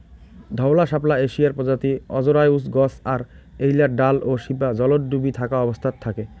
ধওলা শাপলা এশিয়ার প্রজাতি অজরায়ুজ গছ আর এ্যাইলার ডাল ও শিপা জলত ডুবি থাকা অবস্থাত থাকে